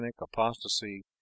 apostasy